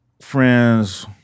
friends